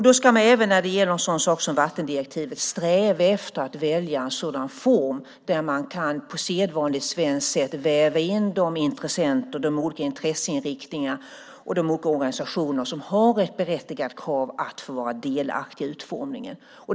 Då ska man även när det gäller en sådan sak som vattendirektivet sträva efter att välja en sådan form där man på sedvanligt svenskt sätt kan väva in de intressenter, olika intresseinriktningar och organisationer som har ett berättigat krav att få vara delaktiga i utformningen.